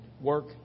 work